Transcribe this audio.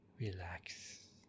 Relax